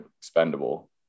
expendable